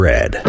Red